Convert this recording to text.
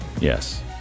Yes